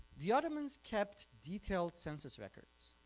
the ottomans kept detailed census records